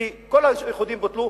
כי כל האיחודים בוטלו,